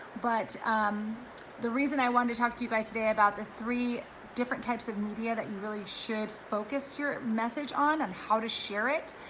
but um the reason i wanted to talk to you guys today about the three different types of media that you really should focus your message on and how to share it,